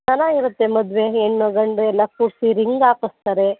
ಚೆನ್ನಾಗಿರುತ್ತೆ ಮದುವೆ ಹೆಣ್ಣು ಗಂಡು ಎಲ್ಲ ಕೂರಿಸಿ ರಿಂಗ್ ಹಾಕಿಸ್ತಾರೆ